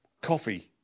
Coffee